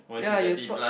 ya you thought